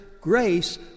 grace